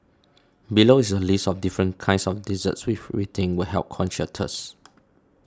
below is a list of different kinds of desserts with we think will help quench your thirst